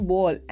Ball